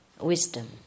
wisdom